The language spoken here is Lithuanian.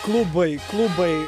klubai klubai